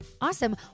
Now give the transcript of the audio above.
Awesome